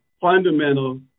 fundamental